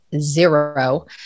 zero